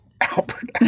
Albert